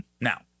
now